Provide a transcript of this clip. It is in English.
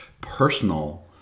personal